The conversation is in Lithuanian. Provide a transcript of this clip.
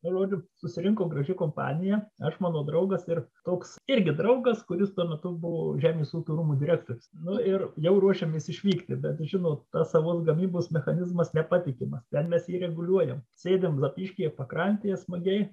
žodžiu susirinko graži kompanija aš mano draugas ir toks irgi draugas kuris tuo metu buvo žemės ūkio rūmų direktorius nu ir jau ruošėmės išvykti bet žinot tas savos gamybos mechanizmas nepatikimas ten mes jį reguliuojam sėdime zapyškyje pakrantėje smagiai